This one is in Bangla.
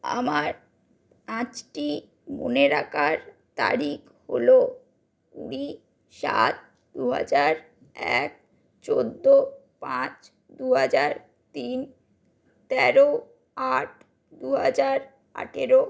আমার পাঁচটি মনে রাখার তারিখ হল কুড়ি সাত দু হাজার এক চোদ্দ পাঁচ দু হাজার তিন তেরো আট দু হাজার আঠেরো